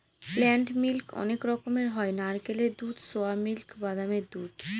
plant milk অনেক রকমের হয় নারকেলের দুধ, সোয়া মিল্ক, বাদামের দুধ